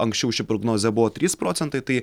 anksčiau ši prognozė buvo trys procentai tai